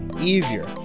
easier